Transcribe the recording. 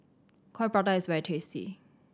Coin Prata is very tasty